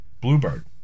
Bluebird